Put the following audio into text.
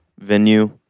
venue